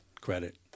credit